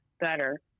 better